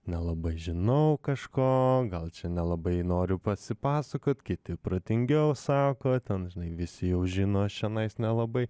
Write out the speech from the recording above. nelabai žinau kažko gal čia nelabai noriu pasipasakot kiti protingiau sako ten žinai visi jau žino aš čianais nelabai